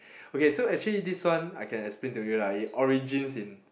okay so actually this one I can explain to you lah it origins in